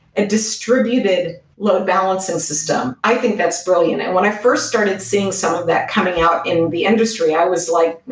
a distributed load balancing system. i think that's brilliant. and when i first seeing some of that coming out in the industry i was like,